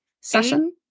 session